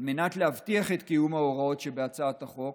על מנת להבטיח את קיום ההוראות שבהצעת החוק,